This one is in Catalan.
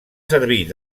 servir